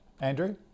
Andrew